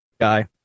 guy